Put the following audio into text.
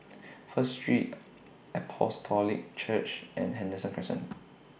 First Street Apostolic Church and Henderson Crescent